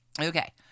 Okay